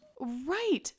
Right